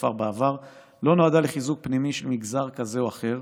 הכפר בעבר לא נועדה לחיזוק פנימי של מגזר כזה או אחר,